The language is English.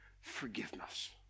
forgiveness